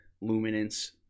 luminance